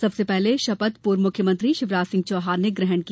सबसे पहले शपथ पूर्व मुख्यमंत्री शिवराज सिंह चौहान ने ग्रहण की